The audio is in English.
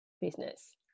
business